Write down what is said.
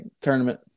tournament